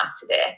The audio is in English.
today